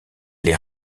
les